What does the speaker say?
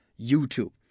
YouTube